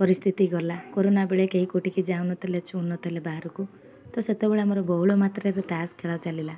ପରିସ୍ଥିତି ଗଲା କରୋନା ବେଳେ କେହି କେଉଁଠିକି ଯାଉନଥିଲେ ଛୁଁ ନଥିଲେ ବାହାରକୁ ତ ସେତେବେଳେ ଆମର ବହୁଳ ମାତ୍ରାରେ ତାସ ଖେଳ ଚାଲିଲା